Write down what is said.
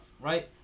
right